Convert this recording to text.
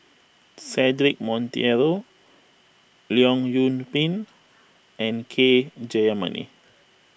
Cedric Monteiro Leong Yoon Pin and K Jayamani